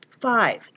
Five